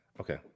Okay